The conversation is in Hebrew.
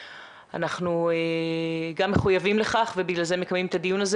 אנחנו גם מחויבים לכך ובגלל זה מקיימים את הדיון הזה